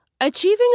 Achieving